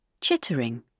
chittering